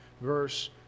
verse